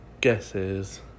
guesses